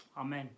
Amen